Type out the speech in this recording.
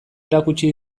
erakutsi